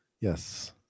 Yes